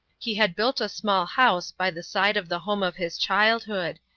he had built a small house by the side of the home of his childhood,